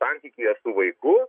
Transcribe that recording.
santykyje su vaiku